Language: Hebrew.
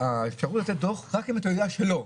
האפשרות לתת דוח היא רק אם אתה יודע שלא.